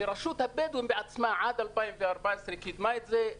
שרשות הבדואים בעצמה עד 2014 קידמה את זה.